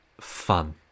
fun